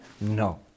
No